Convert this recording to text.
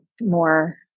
more